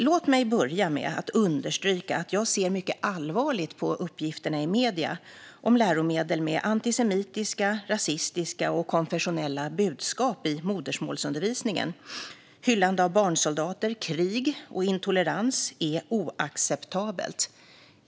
Låt mig börja med att understryka att jag ser mycket allvarligt på uppgifterna i medierna om läromedel med antisemitiska, rasistiska och konfessionella budskap i modersmålsundervisningen. Hyllande av barnsoldater, krig och intolerans är oacceptabelt.